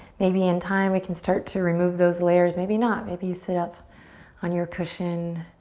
maybe in time we can start to remove those layers, maybe not. maybe you sit up on your cushion